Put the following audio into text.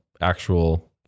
actual